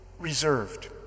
reserved